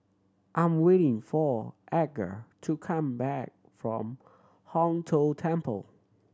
I'm waiting for Edgar to come back from Hong Tho Temple